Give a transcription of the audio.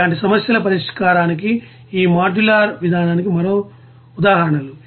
ఇలాంటి సమస్యల పరిష్కారానికి ఈ మాడ్యులర్ విధానానికి మరో ఉదాహరణలు